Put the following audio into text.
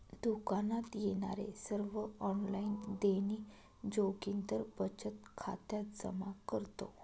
दुकानात येणारे सर्व ऑनलाइन देणी जोगिंदर बचत खात्यात जमा करतो